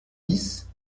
dix